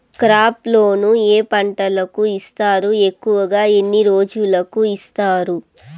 crop loan ఏ పంటలకు ఇస్తారు ఎక్కువగా ఎన్ని రోజులకి ఇస్తారు